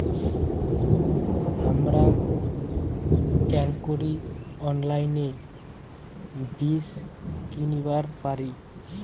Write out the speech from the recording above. হামরা কেঙকরি অনলাইনে বীজ কিনিবার পারি?